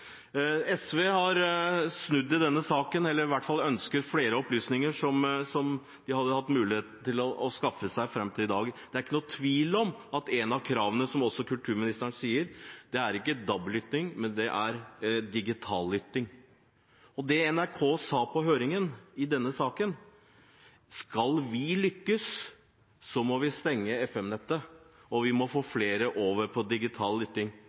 SV har snudd i denne saken, eller de ønsker i hvert fall flere opplysninger, som de hadde hatt muligheten til å skaffe seg fram til i dag. Det er ikke noen tvil om at et av kravene – som også kulturministeren sier – er ikke DAB-lytting, men det er digital lytting. NRK sa på høringen i denne saken at skal vi lykkes, så må vi stenge FM-nettet, og vi må få flere over på digital lytting.